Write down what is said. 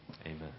Amen